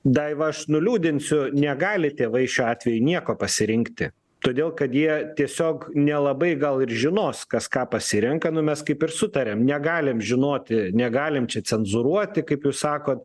daivą aš nuliūdinsiu negali tėvai šiuo atveju nieko pasirinkti todėl kad jie tiesiog nelabai gal ir žinos kas ką pasirenka nu mes kaip ir sutarėm negalim žinoti negalim čia cenzūruoti kaip jūs sakot